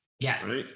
Yes